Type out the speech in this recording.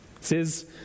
says